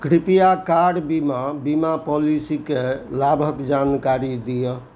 कृपया कार बीमा बीमा पॉलिसीके लाभके जानकारी दिअऽ